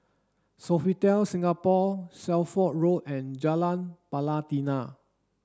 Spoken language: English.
Sofitel Singapore Shelford Road and Jalan Pelatina